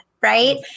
right